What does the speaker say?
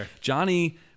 Johnny